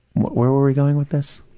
were we going with this?